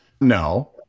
No